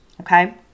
Okay